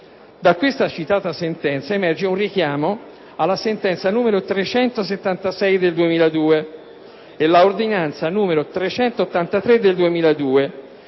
Dalla citata sentenza emerge un richiamo alla sentenza n. 376 del 2002 e alla ordinanza n. 383 del 2002